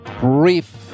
brief